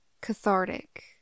cathartic